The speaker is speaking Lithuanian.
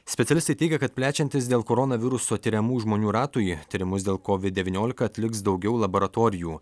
specialistai teigia kad plečiantis dėl koronaviruso tiriamų žmonių ratui tyrimus dėl kovid devyniolika atliks daugiau laboratorijų